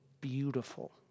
beautiful